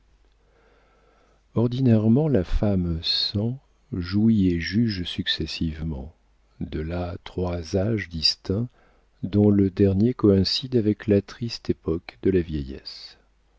ordinairement la femme sent jouit et juge successivement de là trois âges distincts dont le dernier coïncide avec la triste époque de la vieillesse